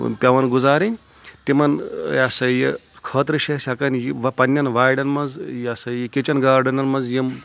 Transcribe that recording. پؠوان گُزارٕنۍ تِمَن یہِ ہَسا یہِ خٲطرٕ چھِ أسۍ ہؠکان پنٕنؠن وارؠن منٛز یہِ ہَسا یہِ کِچَن گاڈَن منٛز یِم